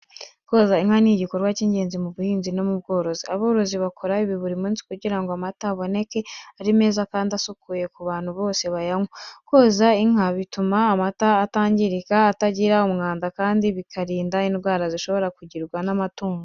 Koza inka ni igikorwa cy’ingenzi mu buhinzi no mu bworozi. Aborozi bakora ibi buri munsi kugira ngo amata aboneke ari meza kandi asukuye ku abantu bose bayanywa. Koza inka bituma amata atangirika, atagira umwanda kandi bikarinda indwara zishobora kugirwa n’amatungo.